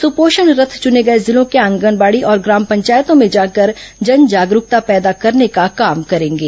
सुपोषण रथ चुने गए जिलों के आंगनबाड़ी और ग्राम पंचायतों में जाकर जन जागरूकता पैदा करने का काम करेंगे